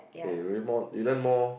uh you learn more you learn more